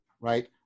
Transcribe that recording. right